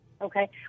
Okay